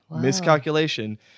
miscalculation